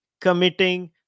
committing